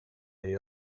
they